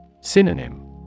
Synonym